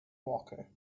walker